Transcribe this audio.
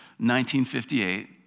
1958